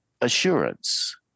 assurance